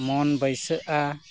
ᱢᱚᱱᱮ ᱵᱟᱹᱭᱥᱟᱹᱜᱼᱟ